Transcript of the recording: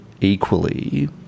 equally